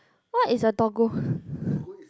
what is a doggo